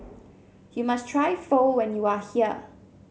you must try Pho when you are here